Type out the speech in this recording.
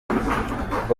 ngo